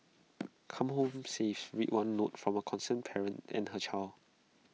come home safe read one note from A concerned parent and her child